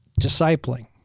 Discipling